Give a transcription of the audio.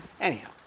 Anyhow